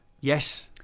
Yes